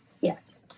yes